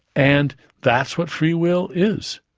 and that's what free will is.